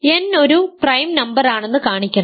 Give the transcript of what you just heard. n ഒരു prime നമ്പറാണെന്ന് കാണിക്കണം